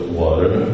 water